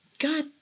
God